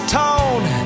tone